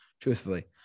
truthfully